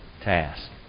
task